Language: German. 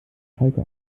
heike